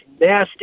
nasty